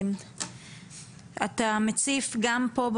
אתה מציף גם פה,